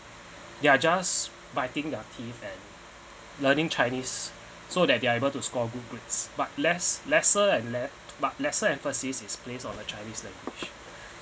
they're just biting their teeth and learning chinese so they're they're able to score good grades but less lesser and let but lesser emphasis is placed on the chinese language